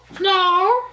no